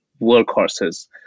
workhorses